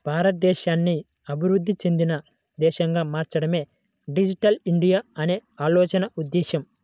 భారతదేశాన్ని అభివృద్ధి చెందిన దేశంగా మార్చడమే డిజిటల్ ఇండియా అనే ఆలోచన ఉద్దేశ్యం